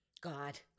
God